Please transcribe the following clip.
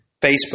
Facebook